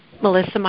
Melissa